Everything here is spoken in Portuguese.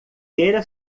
queira